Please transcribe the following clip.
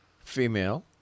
female